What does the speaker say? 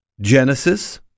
Genesis